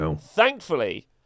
thankfully